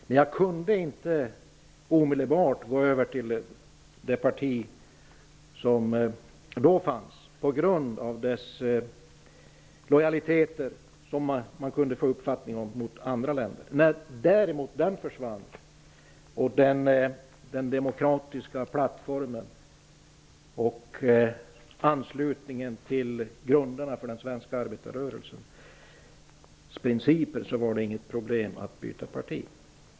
Jag kunde emellertid inte omedelbart gå över till det parti som då fanns, på grund av vad man kunde uppfatta som dess lojaliteter gentemot andra länder. När dessa däremot försvann, den demokratiska plattformen byggdes upp och anslutningen till grunderna för den svenska arbetarrörelsens principer kom till stånd var det inget problem att byta parti.